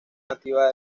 nativa